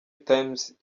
times